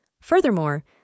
Furthermore